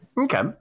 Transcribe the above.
Okay